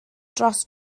dros